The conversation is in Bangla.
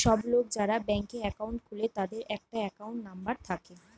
সব লোক যারা ব্যাংকে একাউন্ট খুলে তাদের একটা একাউন্ট নাম্বার থাকে